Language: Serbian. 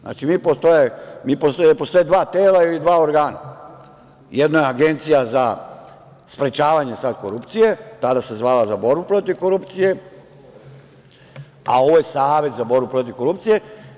Znači, postoje dva tela i dva organa, jedno je Agencija za sprečavanje korupcije, tada se zvala za borbu protiv korupcije, a ovo je Savet za borbu protiv korupcije.